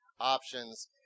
options